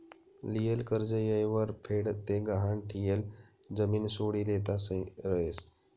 लियेल कर्ज येयवर फेड ते गहाण ठियेल जमीन सोडी लेता यस